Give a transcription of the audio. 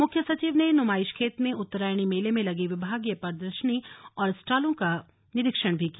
मुख्य सचिव ने नुमाइशखेत में उत्तरायणी मेले में लगे विभागीय प्रदर्शनी और स्टॉलों का निरीक्षण भी किया